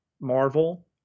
Marvel